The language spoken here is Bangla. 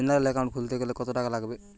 জেনারেল একাউন্ট খুলতে কত টাকা লাগবে?